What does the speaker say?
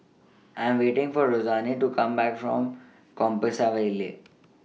I Am waiting For Rosanne to Come Back from Compassvale